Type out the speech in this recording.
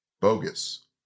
Bogus